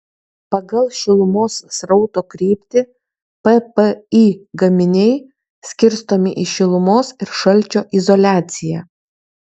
pagal šilumos srauto kryptį ppi gaminiai skirstomi į šilumos ir šalčio izoliaciją